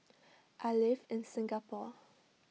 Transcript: I live in Singapore